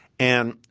and